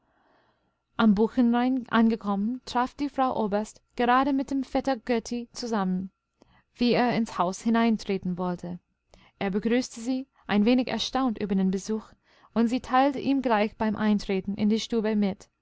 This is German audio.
am buchenrain angekommen traf die frau oberst gerade mit dem vetter götti zusammen wie er ins haus hineintreten wollte er begrüßte sie ein wenig erstaunt über den besuch und sie teilte ihm gleich beim eintreten in die stube mit